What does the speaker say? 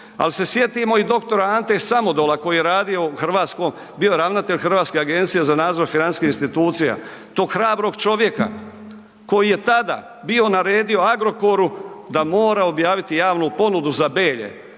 Al se sjetimo i dr. Ante Samodola koji je radio u hrvatskom, bio ravnatelj HANFA-e, tog hrabrog čovjeka koji je tada bio naredio Agrokoru da mora objaviti javnu ponudu za Belje